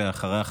ואחריה,